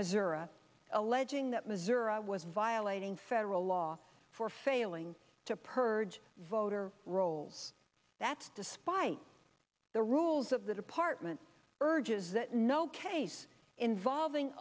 missouri alleging that missouri was violating federal law for failing to purge voter rolls that's despite the rules of the department urges that no case involving